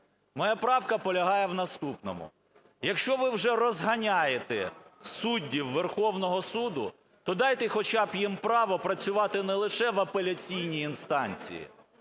Моя правка полягає в наступному. Якщо ви вже розганяєте суддів Верховного Суду, то дайте хоча б їм право працювати не лише в апеляційній інстанції,